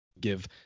give